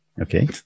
Okay